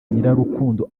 nyirarukundo